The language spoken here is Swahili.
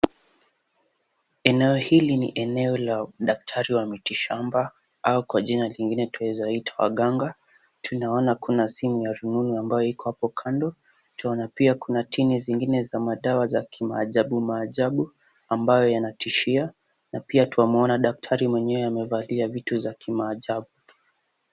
Eneo hili ni eneo la daktari wa miti shamba au kwa jina lingine twaeza ita waganga. Tunaona kuna simu ya rununu ambayo iko hapo kando, twaona pia kuna tini zingine za madawa za kimaajabu majabu ambayo yanatishia na pia twamwona daktari mwenyewe amevalia vitu za kimaajabu.